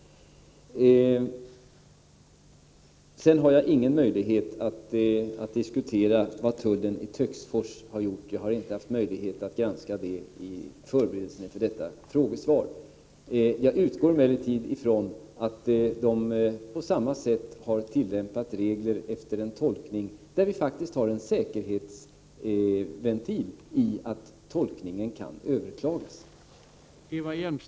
Sedan har jag tyvärr ingen möjlighet att diskutera vad tullen i Töcksfors har gjort. Jag har inte haft möjlighet att granska detta under förberedelserna inom detta frågesvar. Jag utgår emellertid från att man på vanligt sätt har tillämpat regeln efter en tolkning. Vi har faktiskt en säkerhetsventil i det att tolkningen kan överklagas.